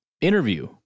interview